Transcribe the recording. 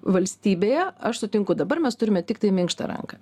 valstybėje aš sutinku dabar mes turime tiktai minkštą ranką